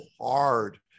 hard